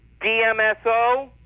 DMSO